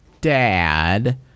dad